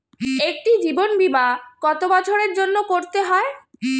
একটি জীবন বীমা কত বছরের জন্য করতে হয়?